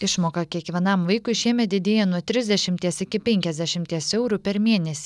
išmoka kiekvienam vaikui šiemet didėja nuo trisdešimties iki penkiasdešimties eurų per mėnesį